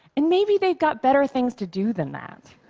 and maybe they've got better things to do than that.